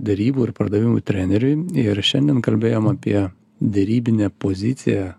derybų ir pardavimų treneriui ir šiandien kalbėjom apie derybinę poziciją